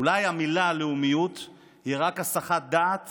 אולי המילה לאומיות היא רק הסחת דעת